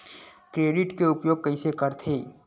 Credit के उपयोग कइसे करथे?